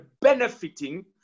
benefiting